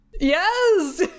Yes